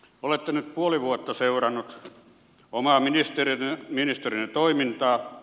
olette nyt puoli vuotta seurannut oman ministeriönne toimintaa